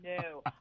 No